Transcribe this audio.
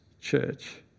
church